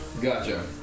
Gotcha